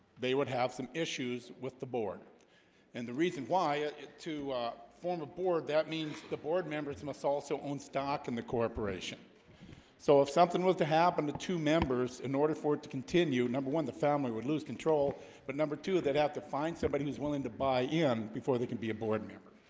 they would have some issues with the board and the reason why ah to form a board that means the board members anise so also owned stock in the corporation so if something was to happen to two members in order for it to continue number one the family would lose control but number two that have to find somebody who's willing to buy in before they can be a board member